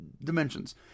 dimensions